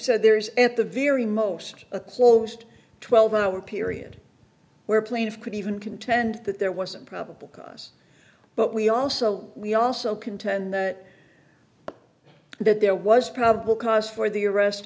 said there is at the very most a closed twelve hour period where plaintiff could even contend that there was a probable cause but we also we also contend that that there was probable cause for the arrest